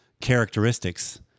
Characteristics